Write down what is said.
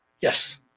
Yes